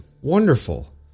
Wonderful